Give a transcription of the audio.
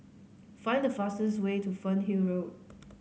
find the fastest way to Fernhill Road